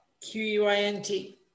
Q-U-I-N-T